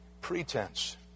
Pretense